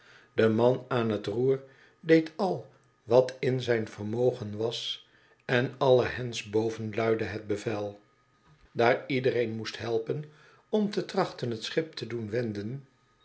de man aan het roer deed al wat in zijn vermogen was en alle hands boven luidde het bevel daar iedereen moest helpen om te trachten het schip te doen